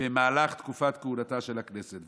במהלך תקופת כהונתה של הכנסת.